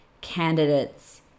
candidates